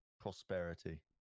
prosperity